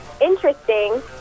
interesting